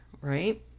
right